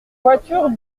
voitures